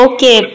Okay